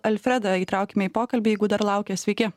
alfredą įtraukime į pokalbį jeigu dar laukia sveiki